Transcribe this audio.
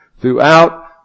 Throughout